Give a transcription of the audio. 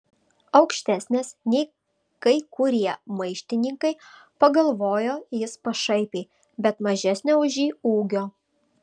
aukštesnės nei kai kurie maištininkai pagalvojo jis pašaipiai bet mažesnio už jį ūgio